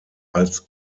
als